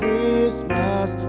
Christmas